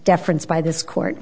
deference by this court